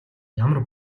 ямар